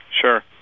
Sure